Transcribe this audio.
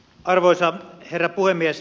arvoisa herra puhemies